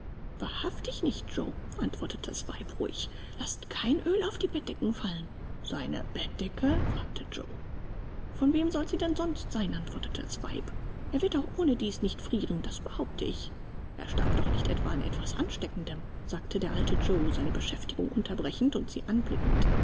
wahrhaftig nicht joe antwortete das weib ruhig laßt kein oel auf die bettdecken fallen seine bettdecke fragte joe von wem soll sie denn sonst sein antwortete das weib er wird auch ohne dies nicht frieren das behaupte ich er starb doch nicht etwa an etwas ansteckendem sagte der alte joe seine beschäftigung unterbrechend und sie anblickend